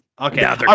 okay